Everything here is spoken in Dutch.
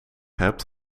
hebt